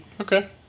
Okay